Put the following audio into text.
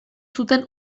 zuten